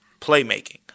playmaking